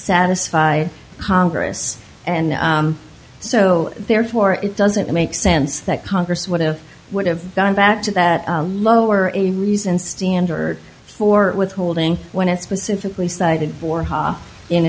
satisfied congress and so therefore it doesn't make sense that congress would have would have gone back to that lower a reason standard for withholding when it specifically cited for